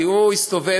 כי הוא הסתובב,